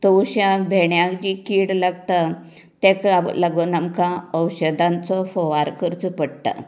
तवश्यांक भेंडंयांक जी कीड लागता तेका लागून आमकां औशधांचो फवार करचो पडटा